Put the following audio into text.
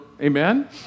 Amen